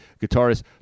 guitarist